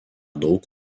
daug